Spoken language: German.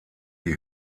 die